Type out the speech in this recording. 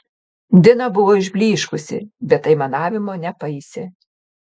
dina buvo išblyškusi bet aimanavimo nepaisė